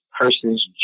person's